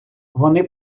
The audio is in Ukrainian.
вони